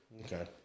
Okay